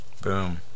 Boom